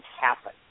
happen